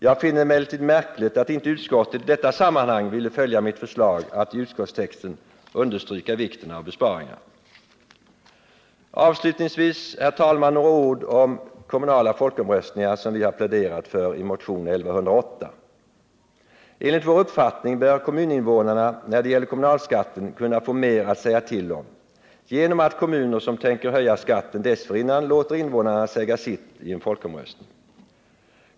Jag finner det emellertid märkligt att inte utskottet i detta sammanhang ville följa mitt förslag att i utskottstexten understryka vikten av besparingar. Avslutningsvis, herr talman, några ord om kommunala folkomröstningar, som vi har pläderat för i motionen 1108. Enligt vår uppfattning bör kommuninvånarna när det gäller kommunalskatten kunna få mer att säga till om genom att kommuner som tänker höja skatten dessförinnan låter invånarna säga sitt i en folkomröstning.